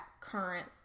current